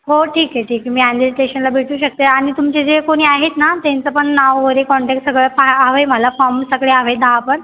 हो ठीक आहे ठीक आहे मी आंदेरी स्टेशनला भेटू शकते आणि तुमचे जे कोणी आहेत ना त्यांचंपण नाव वरे कॉन्टॅक सगळं फा हवं आहे मला फॉम सगळे हवेत दहा पण